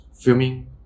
Filming